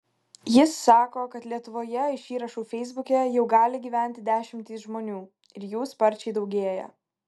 jis sako kad lietuvoje iš įrašų feisbuke jau gali gyventi dešimtys žmonių ir jų sparčiai daugėja